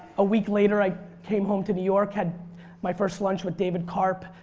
a week later i came home to new york had my first lunch with david karp,